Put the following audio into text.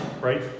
Right